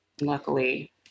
Luckily